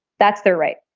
that's their right.